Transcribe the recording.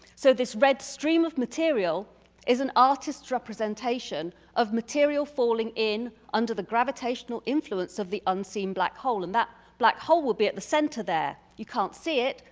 so this red stream of material is an artist representation of material falling in under the gravitational influence of the unseen black hole. and that black hole will be at the center there. you can't see it,